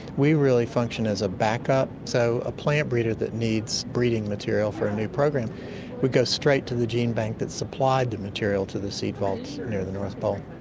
we really function as a backup. so a plant breeder that needs breeding material for a new program would go straight to the gene bank that supplied the material to the seed vaults near the north pole.